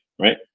right